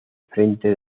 frente